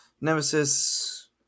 Nemesis